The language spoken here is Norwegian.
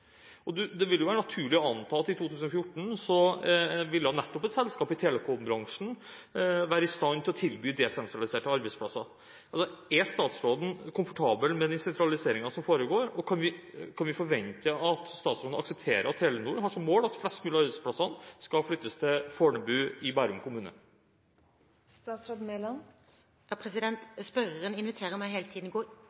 Det ville i 2014 være naturlig å anta at et selskap nettopp i telekombransjen ville være i stand til å tilby desentraliserte arbeidsplasser. Er statsråden komfortabel med den sentraliseringen som foregår? Og kan vi forvente at statsråden aksepterer at Telenor har som mål at flest mulig av arbeidsplassene skal flyttes til Fornebu i Bærum kommune?